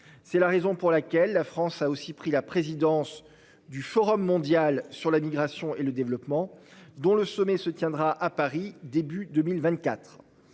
C'est la raison pour laquelle la France a aussi pris la présidence du Forum mondial sur la migration et le développement dont le sommet se tiendra à Paris début 2024.